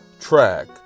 track